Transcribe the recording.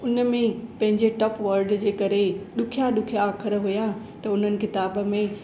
उनमें पंहिंजे tough word जे करे ॾुखिया ॾुखिया अख़र हुया त हुननि क़िताबु में